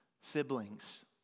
Siblings